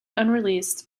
unreleased